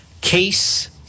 case